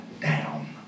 down